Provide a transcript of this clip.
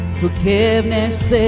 forgiveness